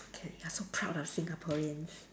okay you're so proud of Singaporeans